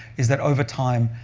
is that over time,